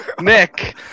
nick